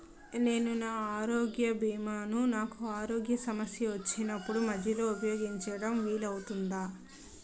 నేను నా ఆరోగ్య భీమా ను నాకు ఆరోగ్య సమస్య వచ్చినప్పుడు మధ్యలో ఉపయోగించడం వీలు అవుతుందా?